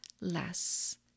less